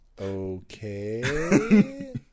Okay